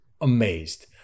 Amazed